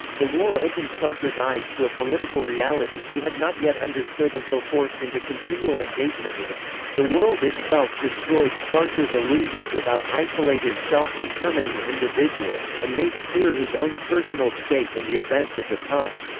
the war opened sartre's eyes to a political reality he had not yet understood until forced into continual engagement with it the world itself destroyed sartre's illusions about isolated self-determining individuals and made clear his own personal stake in the events of the time.